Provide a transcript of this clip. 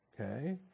Okay